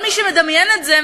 כל מי שמדמיין את זה,